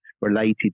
related